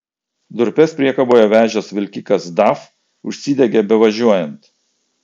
durpes priekaboje vežęs vilkikas daf užsidegė bevažiuojant